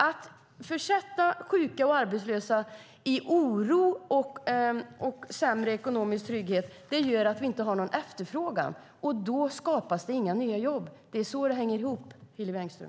Att försätta sjuka och arbetslösa i oro och sämre ekonomisk trygghet gör att vi inte har någon efterfrågan. Då skapas inga nya jobb. Det är så det hänger ihop, Hillevi Engström.